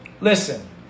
Listen